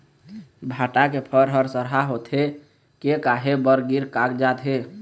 भांटा के फर हर सरहा होथे के काहे बर गिर कागजात हे?